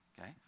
okay